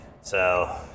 So-